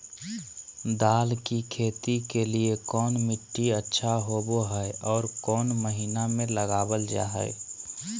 दाल की खेती के लिए कौन मिट्टी अच्छा होबो हाय और कौन महीना में लगाबल जा हाय?